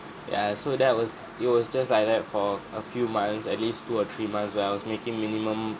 ya so that was it was just like that for a few months at least two or three months where I was making minimum